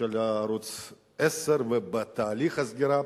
ערוץ-10 ותהליך הסגירה,